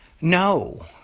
No